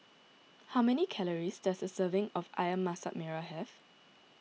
how many calories does a serving of Ayam Masak Merah have